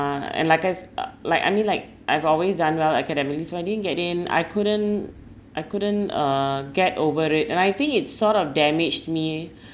and like I s~ uh like I mean like I've always done well academically so I didn't get in I couldn't I couldn't uh get over it and I think it sort of damaged me